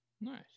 Nice